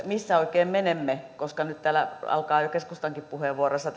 missä oikein menemme koska nyt täällä alkaa jo keskustankin puheenvuoroissa